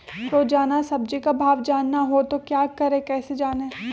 रोजाना सब्जी का भाव जानना हो तो क्या करें कैसे जाने?